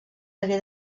hagué